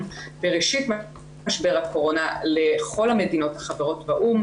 בראשית משבר הקורונה לכל המדינות החברות באו"ם.